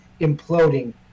imploding